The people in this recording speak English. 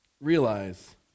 realize